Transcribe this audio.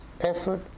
effort